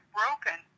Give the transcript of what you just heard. broken